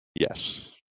Yes